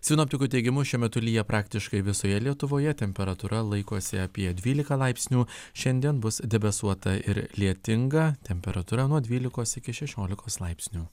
sinoptikų teigimu šiuo metu lyja praktiškai visoje lietuvoje temperatūra laikosi apie dvylika laipsnių šiandien bus debesuota ir lietinga temperatūra nuo dvylikos iki šešiolikos laipsnių